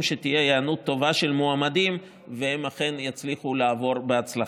שתהיה היענות טובה של מועמדים והם אכן יצליחו לעבור בהצלחה.